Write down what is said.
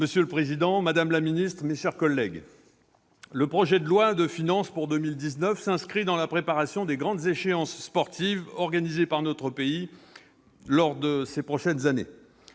monsieur le secrétaire d'État, mes chers collègues, le projet de loi de finances pour 2019 s'inscrit dans la préparation des grandes échéances sportives organisées par notre pays ces prochaines années